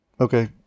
Okay